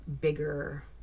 bigger